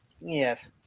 Yes